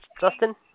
Justin